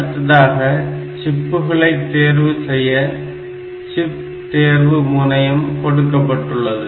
அடுத்ததாக சிப்புகளை தேர்வு செய்ய சிப் தேர்வு முனையம் கொடுக்கப்பட்டுள்ளது